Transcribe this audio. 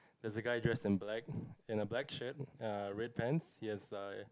there's a guy dressed in black in a black shirt err red pants he has a